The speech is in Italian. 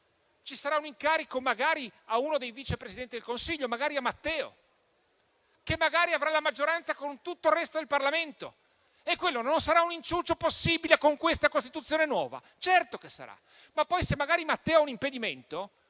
a un incarico, magari a uno dei Vice Presidenti del Consiglio, magari a Matteo, che magari avrà la maggioranza con tutto il resto del Parlamento. E quello non sarà un inciucio possibile con questa nuova Costituzione? Certo che lo sarà. Ma se poi magari Matteo ha un impedimento,